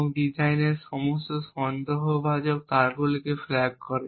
এবং ডিজাইনের সমস্ত সন্দেহজনক তারগুলিকে ফ্ল্যাগ করে